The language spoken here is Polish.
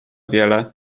wiele